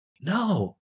No